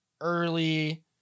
early